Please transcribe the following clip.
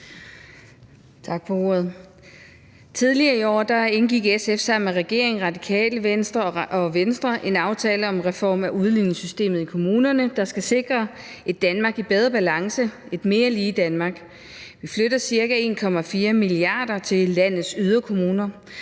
Tidligere i år indgik SF sammen med regeringen, Radikale Venstre og Venstre en aftale om en reform af udligningssystemet i kommunerne, der skal sikre et Danmark i bedre balance – et mere lige Danmark. Vi flytter ca. 1,4 mia. kr. til landets yderkommuner,